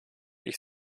ich